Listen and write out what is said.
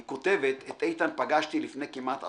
היא כותבת: את איתן פגשתי לפני כמעט עשור,